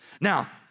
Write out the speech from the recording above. Now